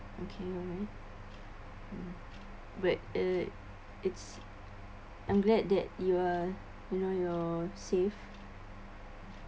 okay alright but uh it's I'm glad that you are you know you're safe